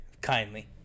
kindly